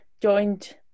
joined